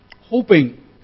hoping